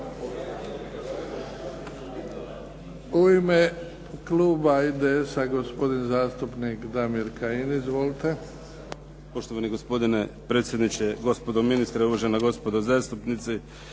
U ime kluba IDS-a gospodin zastupnik Damir Kajin. Izvolite. **Kajin, Damir (IDS)** Poštovani gospodine predsjedniče, gospodo ministri, uvažena gospodo zastupnici.